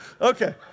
okay